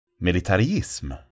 Militarism